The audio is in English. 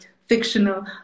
fictional